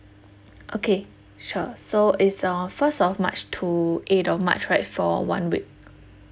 okay sure so it's on first of march to eighth of march right for one week